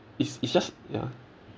it's it's just ya